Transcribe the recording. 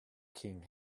king